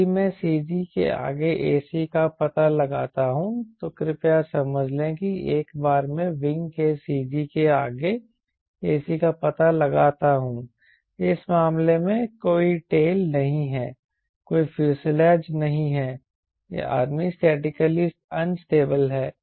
यदि मैं CG के आगे इस ac का पता लगाता हूं तो कृपया समझ लें कि एक बार मैं विंग के CG के आगे ac का पता लगाता हूं इस मामले में कोई टेल नहीं है कोई फ्यूज़लेज नहीं है यह आदमी स्टैटिकली अनस्टेबल है